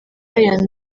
ryan